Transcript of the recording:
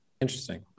Interesting